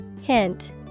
Hint